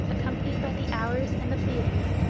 accompanied by the hours and the pleiads,